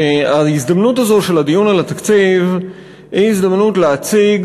ההזדמנות הזו של הדיון על התקציב היא הזדמנות להציג